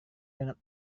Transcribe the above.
dengan